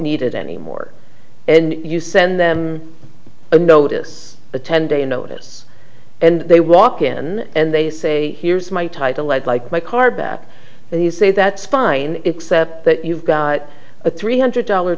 need it anymore and you send them a notice a ten day notice and they walk in and they say here's my title i'd like my car back and he'd say that's fine except that you've got a three hundred dollar